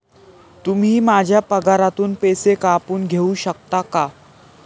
तुम्ही माझ्या पगारातून पैसे कापून घेऊ शकता का?